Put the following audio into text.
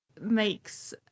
makes